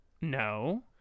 no